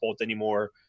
anymore